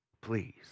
Please